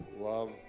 love